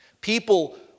People